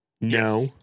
No